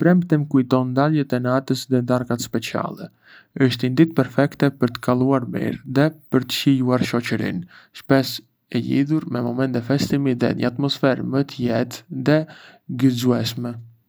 E premte më kujton daljet e natës dhe darkat speciale. Është një ditë perfekte për të kaluar mirë dhe për të shijuar shoçërinë, shpesh e lidhur me momente festimi dhe një atmosferë më të lehtë dhe të gëzueshme.